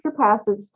passage